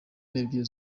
n’ebyiri